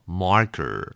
marker 。